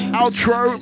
Outro